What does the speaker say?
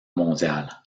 mondiale